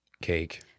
Cake